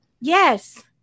yes